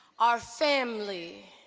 are family.